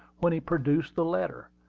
when he produced the letter.